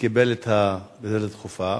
קיבל את השאילתא הדחופה,